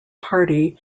party